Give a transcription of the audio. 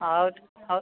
ହଉ ହଉ